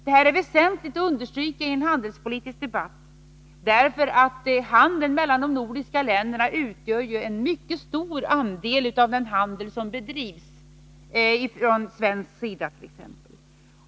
Detta är väsentligt att understryka i en handelspolitisk debatt, därför att handeln mellan de nordiska länderna utgör en mycket stor andel av handeln som bedrivs ifrån t.ex. svensk sida.